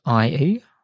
IE